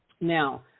Now